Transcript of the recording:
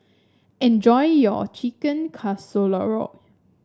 enjoy your Chicken Casserole